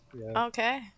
okay